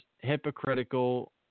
hypocritical